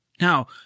Now